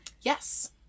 Yes